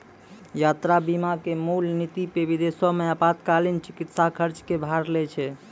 यात्रा बीमा के मूल नीति पे विदेशो मे आपातकालीन चिकित्सा खर्च के भार लै छै